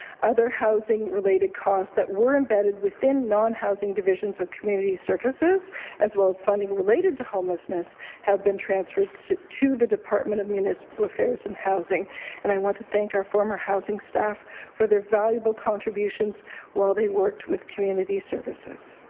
other housing-related costs that were embedded within nonhousing divisions of community services as well as funding related to homelessness have been transferred so to the department of municipal affairs and housing and i want to thank our former housing staff for their valuable contributions while they worked with community services.